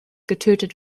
getötet